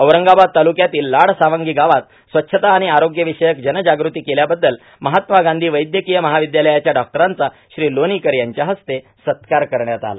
औरंगाबाद तालुक्यातील लाडसावंगी गावात स्वच्छता आणि आरोग्य विषयक जनजागृती केल्याबद्दल महात्मा गांधी वैद्यकीय महाविद्यालयाच्या डॉक्टरांचा श्री लोणीकर यांच्या हस्ते सत्कार करण्यात आला